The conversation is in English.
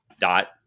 dot